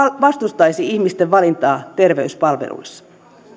vastustaisi ihmisten valintaa terveyspalveluissa